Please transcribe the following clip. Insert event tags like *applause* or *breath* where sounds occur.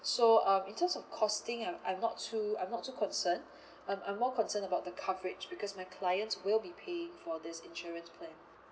so um in terms of costing um I'm not I'm not too concerned *breath* um I'm more concerned about the coverage because my clients will be paying for this insurance plan